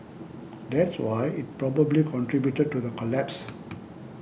that's why it probably contributed to the collapse